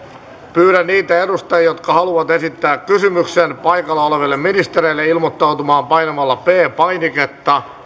pyydän niitä edustajia jotka haluavat esittää kysymyksen paikalla olevalle ministerille ilmoittautumaan painamalla p painiketta